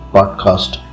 Podcast